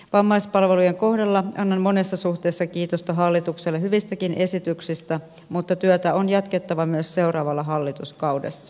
vammaispalvelujen kohdalla annan monessa suhteessa kiitosta hallitukselle hyvistäkin esityksistä mutta työtä on jatkettava myös seuraavalla hallituskaudella